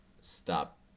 stop